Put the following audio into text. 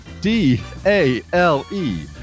D-A-L-E